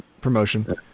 promotion